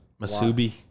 masubi